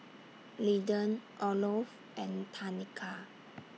Linden Olof and Tanika